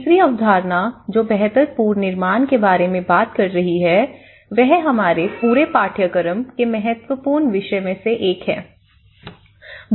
तीसरी अवधारणा जो बेहतर पूर्ण निर्माण के बारे में बेहतर बात कर रही है वह हमारे पूरे पाठ्यक्रम के महत्वपूर्ण विषय में से एक है